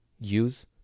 Use